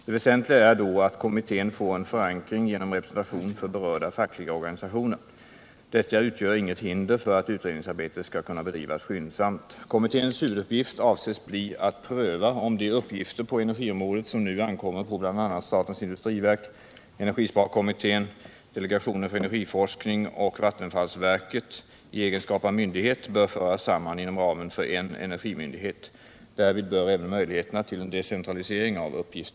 Det väsentliga är då att kommittén får en förankring genom representation för berörda fackliga organisationer. Detta utgör inget hinder för att utredningsarbetet skall kunna bedrivas skyndsamt.